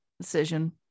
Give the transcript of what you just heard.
decision